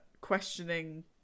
questioning